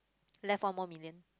left one more million